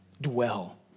Dwell